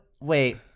wait